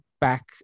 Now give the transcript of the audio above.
back